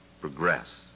progress